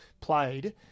played